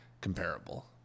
comparable